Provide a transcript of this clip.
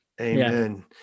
Amen